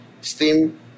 steam